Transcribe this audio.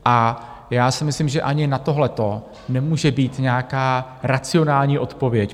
A já si myslím, že ani na tohleto nemůže být nějaká racionální odpověď.